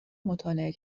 مطالعه